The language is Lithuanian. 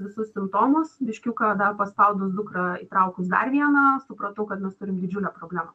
visus simptomus biškiuką dar paspaudus dukrą įtraukus dar vieną supratau kad mes turim didžiulę problemą